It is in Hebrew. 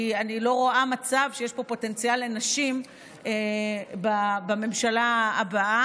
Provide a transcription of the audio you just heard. כי אני לא רואה מצב שיש פה פוטנציאל לנשים בממשלה הבאה,